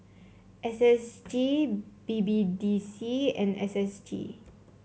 S S G B B D C and S S G